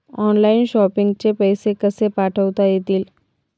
Online shopping चे पैसे कसे पाठवता येतील?